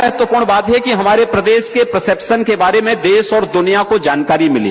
महत्वपूर्ण बात है कि हमारे प्रदेश के प्रसेप्शन के बारे में देश और दुनिया को जानकारी भिली